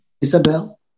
Isabel